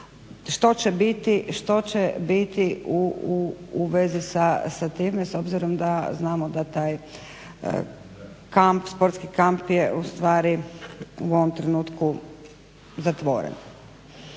Što će biti u vezi sa time s obzirom da znamo da kamp sportski kamp je ustvari u ovom trenutku zatvoren.